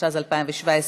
התשע"ז 2017,